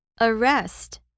arrest